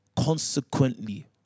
Consequently